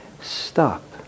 stop